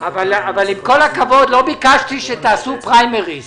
כל הכבוד, לא ביקשתי שתעשו פריימריז.